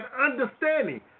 understanding